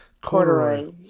corduroy